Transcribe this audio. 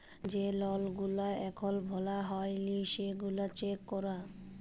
যে লল গুলা এখল ভরা হ্যয় লি সেগলা চ্যাক করা